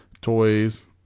toys